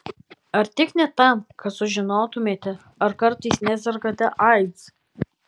ar tik ne tam kad sužinotumėte ar kartais nesergate aids